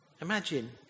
Imagine